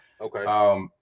Okay